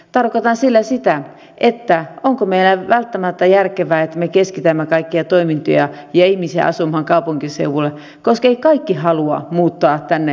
tarkoitan sillä sitä onko välttämättä järkevää että me keskitämme kaikkia toimintoja ja ihmisiä asumaan kaupunkiseudulle koska eivät kaikki halua muuttaa tänne asumaan